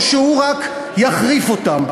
או שהוא רק יחריף אותם?